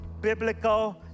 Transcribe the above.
biblical